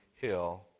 hill